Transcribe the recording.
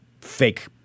fake